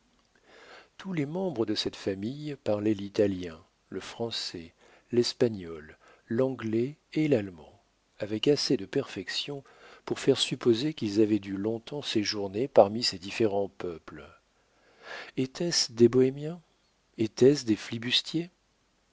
tous les membres de cette famille parlaient l'italien le français l'espagnol l'anglais et l'allemand avec assez de perfection pour faire supposer qu'ils avaient dû long-temps séjourner parmi ces différents peuples étaient-ce des bohémiens étaient-ce des